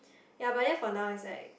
ya but then for now it's like